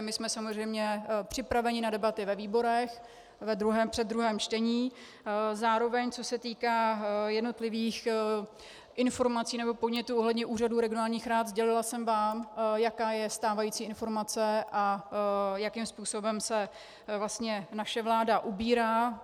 My jsme samozřejmě připraveni na debaty ve výborech ve druhém čtení, zároveň, co se týká jednotlivých informací nebo podnětů ohledně úřadů regionálních rad, sdělila jsem vám, jaká je stávající informace a jakým způsobem se vlastně naše vláda ubírá.